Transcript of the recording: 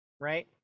right